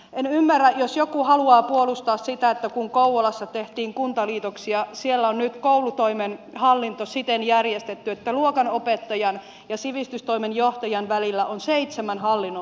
en ymmärrä jos joku haluaa puolustaa sitä että kun kouvolassa tehtiin kuntaliitoksia siellä on nyt koulutoimen hallinto siten järjestetty että luokanopettajan ja sivistystoimenjohtajan välillä on seitsemän hallinnon porrasta